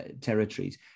territories